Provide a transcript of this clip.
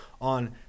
on